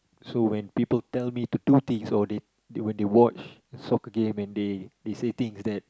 so when people tell me to do things or they when they watch soccer game and they they say things that